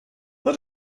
let